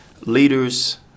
leaders